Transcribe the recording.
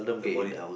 the body